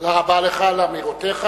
תודה רבה לך על אמירותיך.